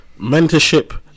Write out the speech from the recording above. Mentorship